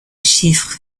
chiffres